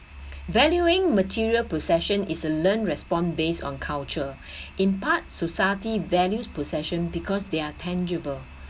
valuing material possession is a learned respond based on culture in part society values possession because they're tangible